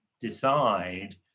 decide